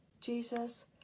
Jesus